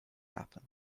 happen